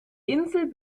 insel